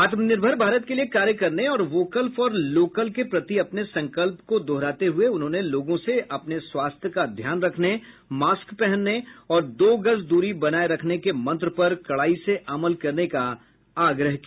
आत्मनिर्भर भारत के लिए कार्य करने और वोकल फॉर लोकल के प्रति अपने संकल्प को दोहराते हुए उन्होंने लोगों से अपने स्वास्थ्य का ध्यान रखने मास्क पहनने और दो गज दूरी बनाए रखने के मंत्र पर कड़ाई से अमल करने का आग्रह किया